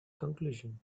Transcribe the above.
conclusion